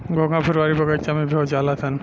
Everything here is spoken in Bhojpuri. घोंघा फुलवारी बगइचा में भी हो जालनसन